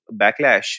backlash